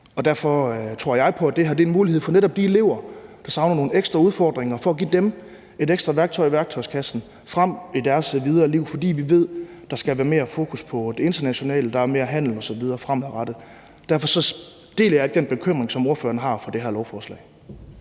det her er en mulighed for netop de elever, der savner nogle ekstra udfordringer, for at give dem et ekstra værktøj i værktøjskassen i deres videre liv. For vi ved, at der skal være mere fokus på det internationale; der er mere handel osv. fremadrettet. Derfor deler jeg ikke den bekymring, som spørgeren har for det her lovforslag.